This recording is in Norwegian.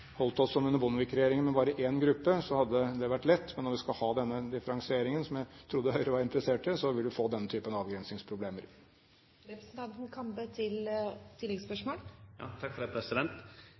holdt oss som under Bondevik-regjeringen med bare én gruppe, hadde det vært lett, men når vi skal ha denne differensieringen, som jeg trodde Høyre var interessert i, vil vi få denne typen